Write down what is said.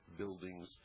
buildings